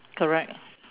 correct